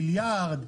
מיליארד?